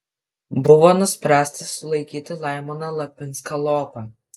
buvo nuspręsta sulaikyti laimoną lapinską lopą